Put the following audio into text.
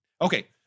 Okay